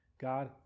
God